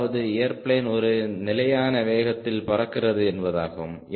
அதாவது ஏர்பிளேன் ஒரு நிலையான வேகத்தில் பறக்கிறது என்பதாகும்